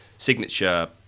Signature